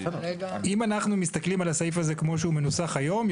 אם אנחנו מסתכלים על הסעיף הזה כמו שהוא מנוסח היום,